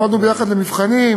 למדנו יחד למבחנים,